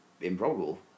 improbable